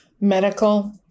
medical